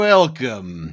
Welcome